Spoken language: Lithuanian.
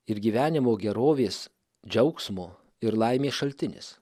ir gyvenimo gerovės džiaugsmo ir laimės šaltinis